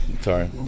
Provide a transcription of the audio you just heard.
Sorry